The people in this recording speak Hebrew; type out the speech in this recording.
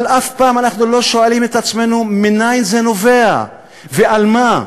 אבל אף פעם אנחנו לא שואלים את עצמנו מאין זה נובע ועל מה.